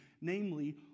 namely